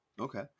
Okay